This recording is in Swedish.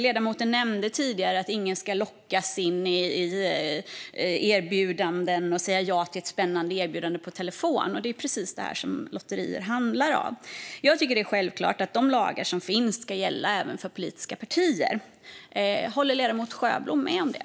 Ledamoten nämnde tidigare att ingen ska lockas in i erbjudanden och att säga ja till ett spännande erbjudande på telefon. Det är precis det som lotterier handlar om. Jag tycker att det är självklart att de lagar som finns ska gälla även för politiska partier. Håller ledamoten Sjöblom med om det?